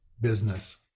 business